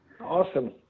awesome